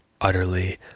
utterly